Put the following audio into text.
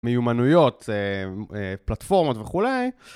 מיומנויות, פלטפורמות וכולי.